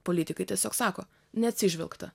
politikai tiesiog sako neatsižvelgta